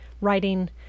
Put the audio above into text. writing